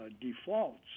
defaults